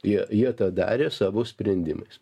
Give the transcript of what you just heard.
jie jie tą darė savo sprendimais